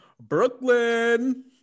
Brooklyn